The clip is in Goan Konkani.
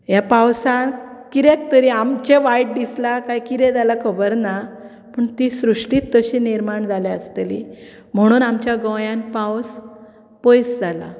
ह्या पावसान कित्याक तरी आमचें वायट दिसलां काय कितें जालां खबर ना पूण ती श्रृश्टीत तशी निर्माण जाल्या आसतली म्हणून आमच्या गोंयान पावस पयस जाला